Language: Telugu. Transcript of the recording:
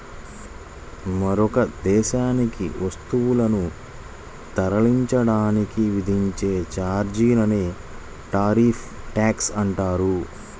మరొక దేశానికి వస్తువులను తరలించడానికి విధించే ఛార్జీలనే టారిఫ్ ట్యాక్స్ అంటారు